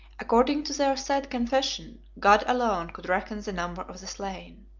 according to their sad confession, god alone could reckon the number of the slain.